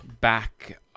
back